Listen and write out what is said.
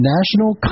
National